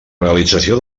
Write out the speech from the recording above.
realització